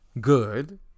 Good